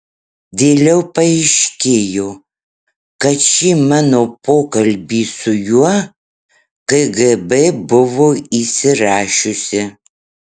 vėliau paaiškėjo kad šį mano pokalbį su juo kgb buvo įsirašiusi